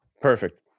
Perfect